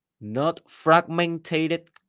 not-fragmented